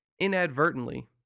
Inadvertently